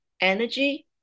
energy